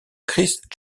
christ